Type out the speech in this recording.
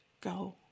go